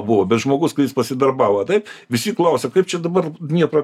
buvo bet žmogus kuris pasidarbavo taip visi klausia kaip čia dabar dnieprą